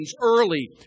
early